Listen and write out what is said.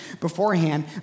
beforehand